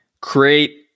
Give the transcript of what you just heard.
create